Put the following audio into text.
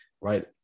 Right